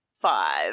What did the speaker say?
Five